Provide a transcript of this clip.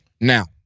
Now